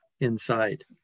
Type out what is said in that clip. inside